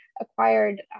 acquired